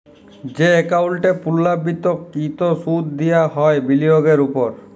যে একাউল্টে পুর্লাবৃত্ত কৃত সুদ দিয়া হ্যয় বিলিয়গের উপর